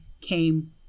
came